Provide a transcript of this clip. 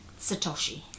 Satoshi